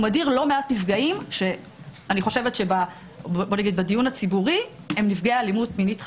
מעט נפגעים שאני חושבת שבדיון הציבורי הם נפגעי אלימות מינית חמורה.